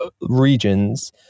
regions